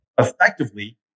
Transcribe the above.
effectively